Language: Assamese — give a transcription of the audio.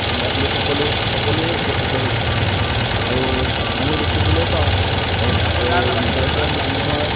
বা লোকসকলো সকলোৱে উপকৃত হৈছে আৰু আমি দেখিবলৈ পাওঁ ভাৰতৰ মানুহৰ